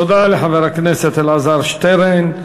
תודה לחבר הכנסת אלעזר שטרן.